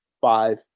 five